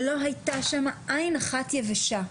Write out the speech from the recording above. ולא הייתה שם עין אחת יבשה,